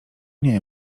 nie